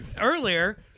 Earlier